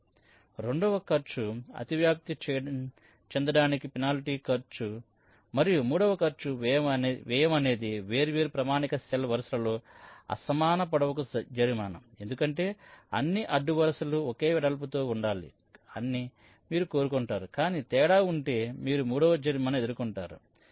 కాబట్టి రెండవ ఖర్చు అతివ్యాప్తి చెందడానికి పెనాల్టీ ఖర్చు మరియు మూడవ ఖర్చు వ్యయం అనేది వేర్వేరు ప్రామాణిక సెల్ వరుసలలో అసమాన పొడవుకు జరిమానా ఎందుకంటే అన్ని అడ్డు వరుసలు ఒకే వెడల్పుతో ఉండాలి అని మీరు కోరుకుంటారు కానీ తేడా ఉంటే మీరు మూడవ జరిమానా ఎదుర్కొంటారు